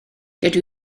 dydw